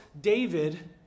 David